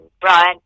Brian